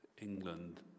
England